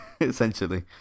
essentially